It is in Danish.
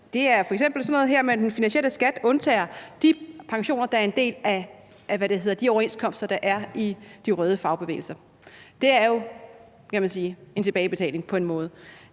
Det er jo f.eks. sådan noget med, at man med den finansielle skat undtager de pensioner, der er en del af de overenskomster, der er i de røde fagbevægelser, og det er jo, kan man sige, på en måde